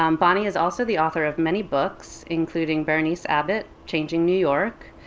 um bonnie is also the author of many books including berniece abbott, changing new york,